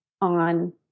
on